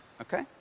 okay